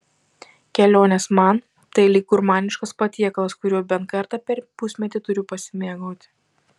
kelionės man tai lyg gurmaniškas patiekalas kuriuo bent kartą per pusmetį turiu pasimėgauti